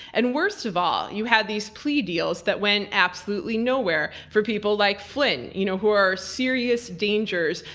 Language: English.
and worst of all, you had these plea deals that went absolutely nowhere for people like flynn, you know who are serious dangers.